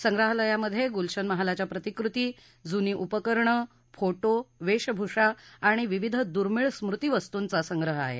संग्रहालयामधे गुलशन महालाच्या प्रतिकृती जुनी उपकरणं फोट वेशभूषा आणि विविध दुर्मिळ स्मृतीवस्तूचा संग्रह आहे